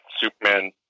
Superman